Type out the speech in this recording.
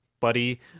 Buddy